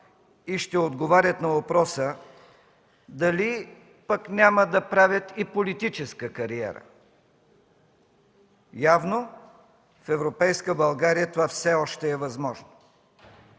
и ще отговарят на въпроса: дали пък няма да правят и политическа кариера? Явно в европейска България това все още е възможно.